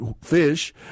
fish